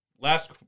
Last